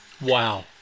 Wow